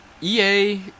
EA